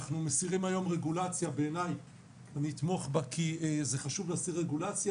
אנחנו מסירים היום רגולציה ואני אתמוך בה כי זה חשוב להסיר רגולציה